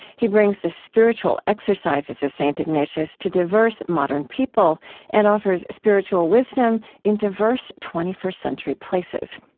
he brings the spiritual exercises of st. ignatius to diverse modern people and offers spiritual wisdom in diverse twenty first century places.